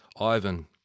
Ivan